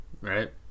Right